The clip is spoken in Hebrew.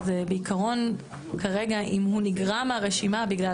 אז בעיקרון כרגע אם הוא נגרע מהרשימה בגלל